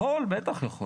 יכול, בטח יכול.